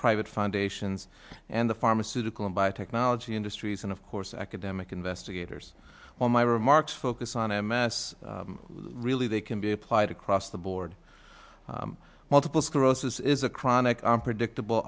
private foundations and the pharmaceutical and by technology industries and of course academic investigators all my remarks focus on m s really they can be applied across the board multiple sclerosis is a chronic predictable